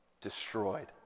destroyed